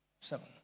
Seven